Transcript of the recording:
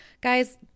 guys